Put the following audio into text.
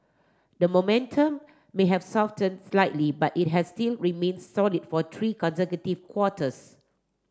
the momentum may have softened slightly but it has still remained solid for three consecutive quarters